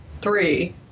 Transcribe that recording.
three